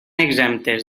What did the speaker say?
exemptes